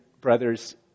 brothers